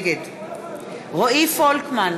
נגד רועי פולקמן,